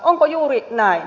onko juuri näin